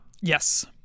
Yes